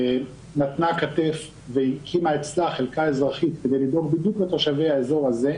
נתנה כתף והקימה אצלה חלקה אזרחית כדי לדאוג בדיוק לתושבי האזור הזה.